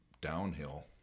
downhill